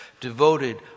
devoted